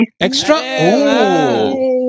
Extra